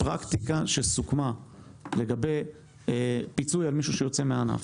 פרקטיקה שסוכמה לגבי פיצוי למישהו שיוצא מהענף.